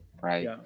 right